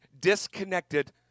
disconnected